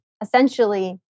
essentially